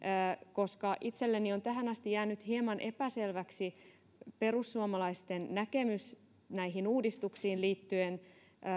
koska itselleni on tähän asti jäänyt hieman epäselväksi perussuomalaisten näkemys näihin uudistuksiin liittyen